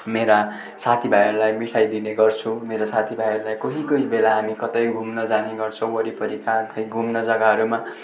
मेरा साथीभाइहरूलाई मिठाइ दिनेगर्छु मेरो साथीभाइहरूलाई कोही कोही बेला हामी कतै घुम्न जाने गर्छौँ वरिपरिका खोइ घुम्न जग्गाहरूमा